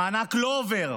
המענק לא עובר.